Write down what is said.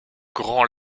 grand